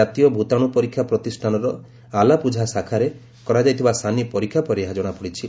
ଜାତୀୟ ଭୂତାଣୁ ପରୀକ୍ଷା ପ୍ରତିଷ୍ଠାନର ଆଲାପୁଝା ଶାଖାରେ କରାଯାଇଥିବା ସାନି ପରୀକ୍ଷା ପରେ ଏହା ଜଣାପଡ଼ିଛି